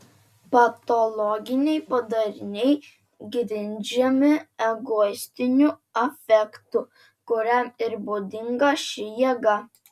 patologiniai padariniai grindžiami egoistiniu afektu kuriam ir būdinga ši jėga